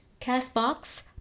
CastBox